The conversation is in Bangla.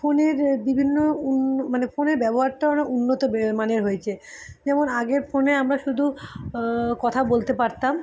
ফোনের বিভিন্ন মানে ফোনের ব্যবহারটা মানে উন্নত বে মানের হয়েছে যেমন আগের ফোনে আমরা শুধু কথা বলতে পারতাম